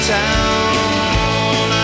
town